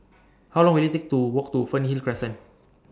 How Long Will IT Take to Walk to Fernhill Crescent